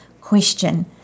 question